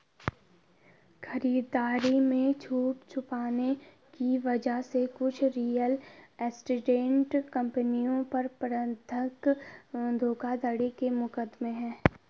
खरीदारी में छूट छुपाने की वजह से कुछ रियल एस्टेट कंपनियों पर बंधक धोखाधड़ी के मुकदमे हैं